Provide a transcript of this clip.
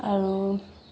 আৰু